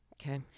Okay